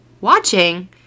Watching